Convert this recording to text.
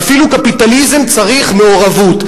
ואפילו קפיטליזם צריך מעורבות.